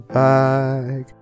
back